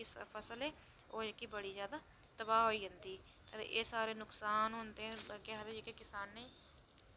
ते एह् जेह्की फसल ऐ ओह् बड़ी जादा तबाह होई जंदी ते एह् सारे जेह्के नुक्सान होंदे केह् आक्खदे किसानें गी